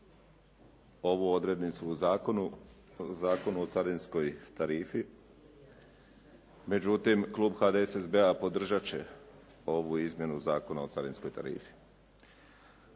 ovu odrednicu u zakonu, Zakonu o carinskoj tarifi. Međutim, klub HDSSB-a podržat će ovu izmjenu Zakona o carinskoj tarifi.